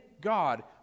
God